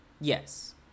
yes